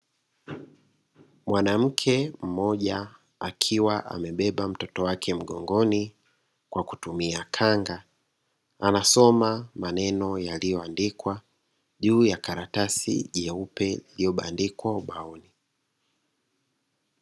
Mwanamke mmoja akiwa amebeba mtoto wake mgongoni kwa kutumia kanga, anasoma maneno yaliyo andikwa juu ya karatasi jeupe, lililo bandikwa ubaoni.